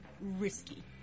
risky